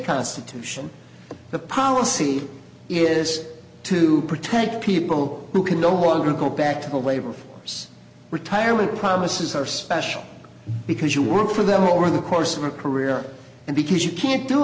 constitution the policy is to protect people who can no longer go back to the labor force retirement promises are special because you work for the whole in the course of their career and because you can't do